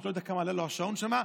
לא יודע כמה עלה לו השעון שם,